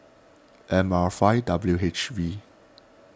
M R five W H V